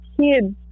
kids